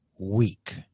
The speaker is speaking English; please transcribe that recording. Weak